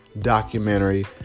documentary